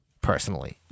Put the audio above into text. personally